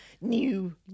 new